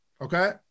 Okay